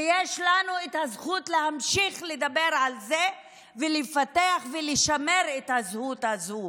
ויש לנו את הזכות להמשיך לדבר על זה ולפתח ולשמר את הזהות הזו.